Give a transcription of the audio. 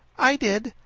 i did.